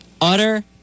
utter